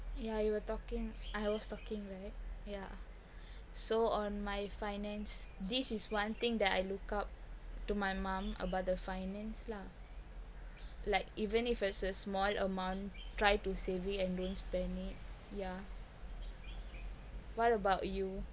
ya you were talking I was talking right ya so on my finance this is one thing that I look up to my mum about the finance lah like even if it's small amount try to save it and don't spend it yeah what about you